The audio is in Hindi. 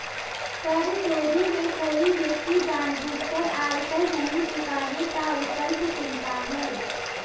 कर चोरी में कोई व्यक्ति जानबूझकर आयकर नहीं चुकाने का विकल्प चुनता है